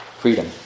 freedom